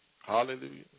Hallelujah